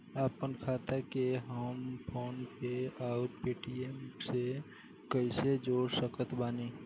आपनखाता के हम फोनपे आउर पेटीएम से कैसे जोड़ सकत बानी?